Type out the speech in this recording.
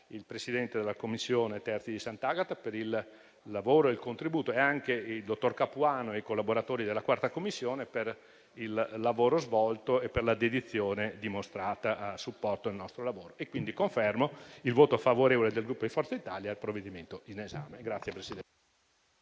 il presidente della Commissione Terzi di Sant'Agata, per il lavoro e il contributo, e anche il dottor Capuano e i collaboratori della 4a Commissione per il lavoro svolto e per la dedizione dimostrata, a supporto del nostro lavoro. Quindi confermo il voto favorevole del Gruppo Forza Italia-Berlusconi Presidente-PPE